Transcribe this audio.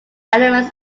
elements